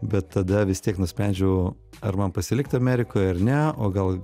bet tada vis tiek nusprendžiau ar man pasilikt amerikoje ar ne o gal